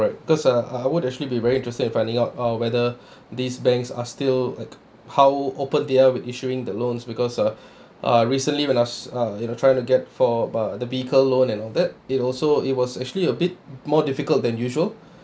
right because uh I would actually be very interested in finding out uh whether these banks are still like how open they are with issuing the loans because uh uh recently when us uh you know trying to get for but the vehicle loan and all that it also it was actually a bit more difficult than usual